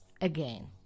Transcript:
again